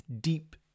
deep